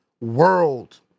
world